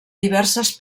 diverses